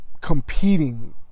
competing